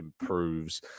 improves